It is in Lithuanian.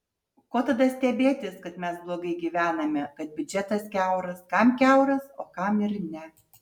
ko tada stebėtis kad mes blogai gyvename kad biudžetas kiauras kam kiauras o kam ir ne